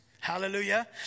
Hallelujah